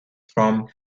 from